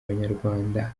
abanyarwanda